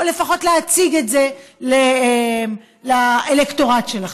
או לפחות להציג את זה לאלקטורט שלכם.